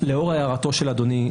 לאור הערתו של אדוני,